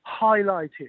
highlighted